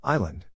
Island